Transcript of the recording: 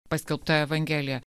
paskelbta evangelija